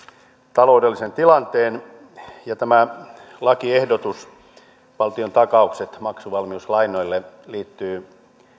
taloudellisen tilanteen tämä lakiehdotus valtiontakaukset maksuvalmiuslainoille liittyy